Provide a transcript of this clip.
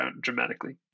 dramatically